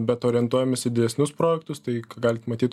bet orientuojamės į didesnius projektus tai galit matyt